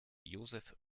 josef